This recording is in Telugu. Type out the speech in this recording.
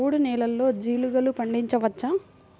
చవుడు నేలలో జీలగలు పండించవచ్చా?